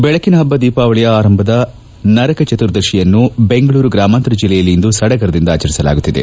ಬೆಳಕಿನ ಹಬ್ಬ ದೀಪಾವಳಿಯ ಆರಂಭದ ನರಕಚತುರ್ದಶಿಯನ್ನು ಬೆಂಗಳೂರು ಗ್ರಾಮಾಂತರ ಜಿಲ್ಲೆಯಲ್ಲಿ ಇಂದು ಸದಗರದಿಂದ ಆಚರಿಸಲಾಗುತ್ತಿದೆ